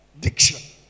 Diction